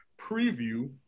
preview